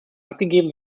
abgegeben